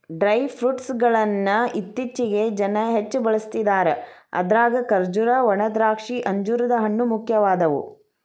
dry fruit ಗಳ್ಳನ್ನ ಇತ್ತೇಚಿಗೆ ಜನ ಹೆಚ್ಚ ಬಳಸ್ತಿದಾರ ಅದ್ರಾಗ ಖರ್ಜೂರ, ಒಣದ್ರಾಕ್ಷಿ, ಅಂಜೂರದ ಹಣ್ಣು, ಮುಖ್ಯವಾದವು